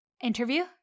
interview